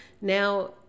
now